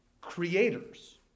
creators